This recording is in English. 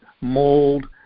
mold